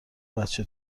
بچه